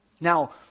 Now